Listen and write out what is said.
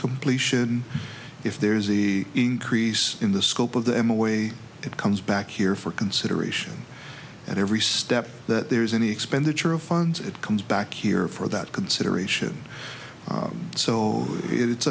completion if there is the increase in the scope of the m a way it comes back here for consideration at every step that there is any expenditure of funds it comes back here for that consideration so it's